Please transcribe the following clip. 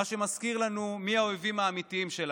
מה שמזכיר לנו מי האויבים האמיתיים שלנו.